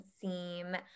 seem